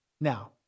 Now